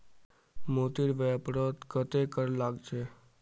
मोतीर व्यापारत कत्ते कर लाग छ